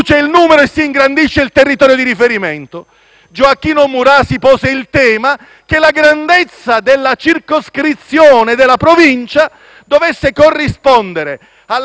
che la grandezza della circoscrizione della Provincia dovesse corrispondere alla resistenza del cavallo nel percorrere in una giornata tutto il relativo territorio.